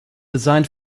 designed